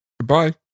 Goodbye